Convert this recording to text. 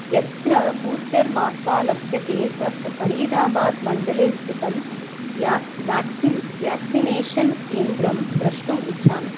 यत्र बूस्टर् मात्रा लभ्यते तत् फ़रीदाबाद् मण्डले स्थितं वेक्सिन् वेक्सिनेषन् केन्द्रं द्रष्टुम् इच्छामि